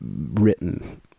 written